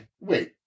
Wait